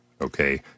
okay